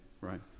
right